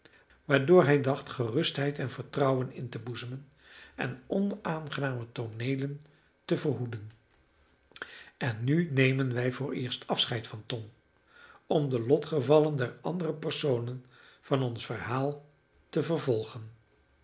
waardoor hij dacht gerustheid en vertrouwen in te boezemen en onaangename tooneelen te verhoeden en nu nemen wij vooreerst afscheid van tom om de lotgevallen der andere personen van ons verhaal te vervolgen